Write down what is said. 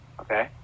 Okay